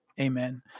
Amen